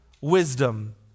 wisdom